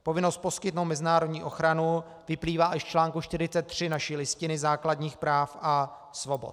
Povinnost poskytnout mezinárodní ochranu vyplývá i z čl. 43 naší Listiny základních práv a svobod.